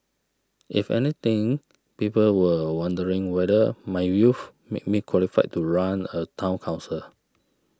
if anything people were wondering whether my youth made me qualified to run a Town Council